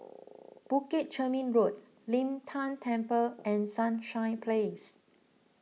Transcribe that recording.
Bukit Chermin Road Lin Tan Temple and Sunshine Place